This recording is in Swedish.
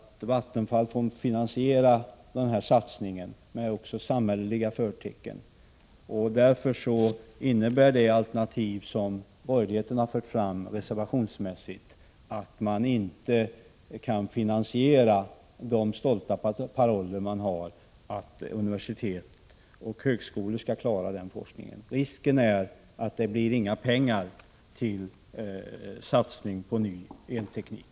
Vattenfall får finansiera satsningen med samhälleliga förtecken. Det alternativ som borgerligheten har fört fram i reservationer, och de stolta paroller man har att universitet och högskolor skall klara denna forskning kan inte finansieras. Risken är att det inte blir några pengar till satsning på ny elteknik.